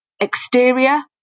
exterior